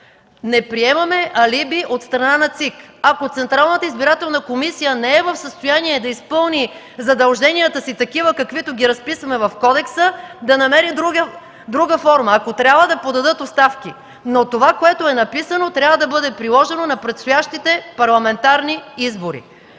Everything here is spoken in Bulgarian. Не приемаме алиби от страна ЦИК! Ако Централната избирателна комисия не е в състояние да изпълни задълженията си, каквито са разписани в кодекса, да намери друга форма. Ако трябва – да подадат оставки. Това, което е написано, трябва да бъде приложено на предстоящите парламентарни избори.